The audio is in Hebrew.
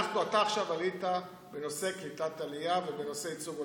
אתה עכשיו עלית בנושא קליטת עלייה ובנושא ייצוג הולם.